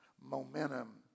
momentum